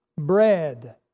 Bread